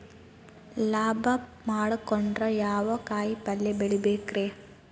ಲಾಭ ಮಾಡಕೊಂಡ್ರ ಯಾವ ಕಾಯಿಪಲ್ಯ ಬೆಳಿಬೇಕ್ರೇ?